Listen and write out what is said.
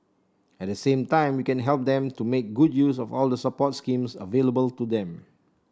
at the same time we can help them to make good use of all the support schemes available to them